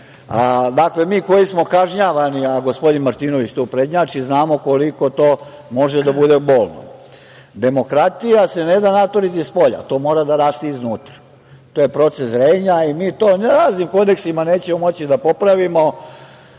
Dakle, mi koji smo kažnjavani, a gospodin Martinović tu prednjači, znamo koliko to može da bude bolno. Demokratija se ne da naturiti spolja, to mora da raste iznutra. To je proces zrenja i mi to raznim kodeksima nećemo moći da popravimo.